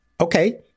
Okay